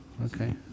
Okay